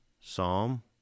psalm